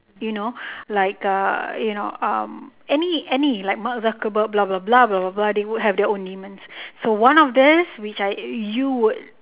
you know like uh you know um any any like mark zuckerberg blah blah blah blah blah blah they would have their own demons so one of these which I you would